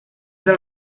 del